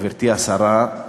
גברתי השרה,